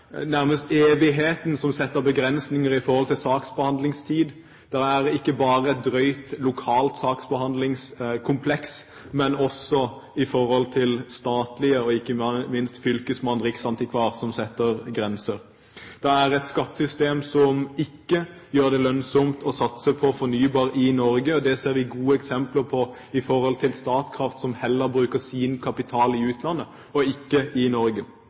ikke bare et drøyt lokalt saksbehandlingskompleks, men også staten og ikke minst fylkesmann og riksantikvar setter grenser. Det er et skattesystem som ikke gjør det lønnsomt å satse på fornybar energi i Norge. Det ser vi gode eksempler på når det gjelder Statkraft, som heller bruker sin kapital i utlandet, og ikke i Norge.